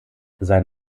sein